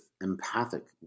empathic